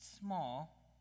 small